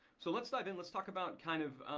so let's dive in. let's talk about kind of